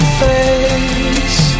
face